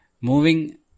Moving